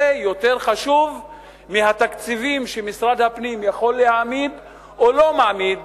זה יותר חשוב מהתקציבים שמשרד הפנים יכול להעמיד או לא מעמיד